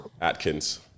Atkins